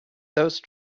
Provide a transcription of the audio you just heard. those